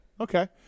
Okay